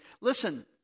Listen